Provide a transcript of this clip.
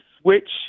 switch